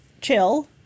chill